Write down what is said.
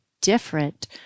different